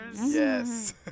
Yes